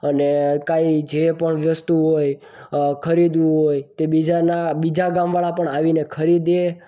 આને કાંઈ જે પણ વસ્તુઓ હોય ખરીદવું હોય તે બીજાના બીજા ગામવાળા પણ ખરીદે